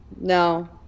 No